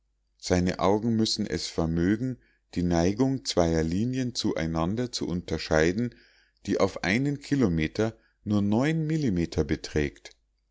seine augen müssen es vermögen die neigung zweier linien zu einander zu unterscheiden die auf einen kilometer nur millimeter beträgt